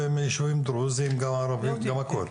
יישובים דרוזים, גם הכול.